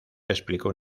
explicó